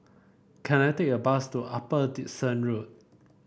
can I take a bus to Upper Dickson Road